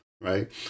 Right